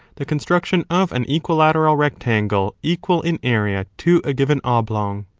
the construction of an equilateral rectangle equal in area to a given oblong.